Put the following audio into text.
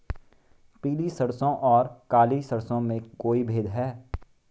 पीली सरसों और काली सरसों में कोई भेद है?